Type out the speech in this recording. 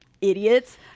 idiots